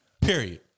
Period